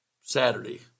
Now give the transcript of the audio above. Saturday